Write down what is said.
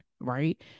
right